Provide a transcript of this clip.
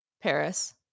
paris